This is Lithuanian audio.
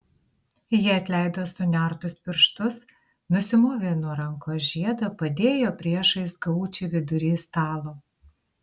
ji atleido sunertus pirštus nusimovė nuo rankos žiedą padėjo priešais gaučį vidury stalo